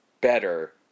better